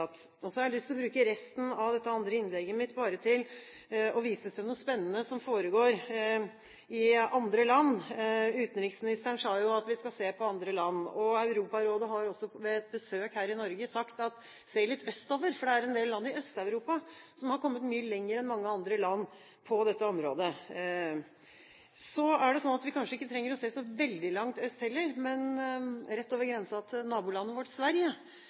Så har jeg lyst til å bruke resten av dette andre innlegget mitt til bare å vise til noe spennende som foregår i andre land. Utenriksministeren sa jo at vi skal se på andre land. Europarådet har også ved et besøk her i Norge sagt at vi må se litt østover, for det er en del land i Øst-Europa som har kommet mye lenger enn mange andre land på dette området. Så er det kanskje slik at vi ikke trenger å se så veldig langt øst, heller, men rett over grensen til nabolandet vårt, Sverige,